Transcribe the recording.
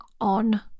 on